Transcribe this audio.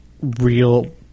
real